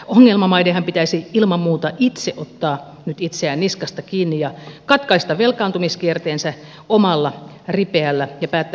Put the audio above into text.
ongelmamaidenhan pitäisi ilman muuta itse ottaa nyt itseään niskasta kiinni ja katkaista velkaantumiskierteensä omalla ripeällä ja päättäväisellä toiminnalla